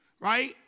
right